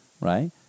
right